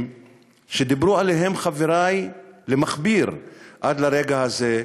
שדיברו עליהם חברי למכביר עד הרגע הזה,